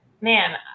man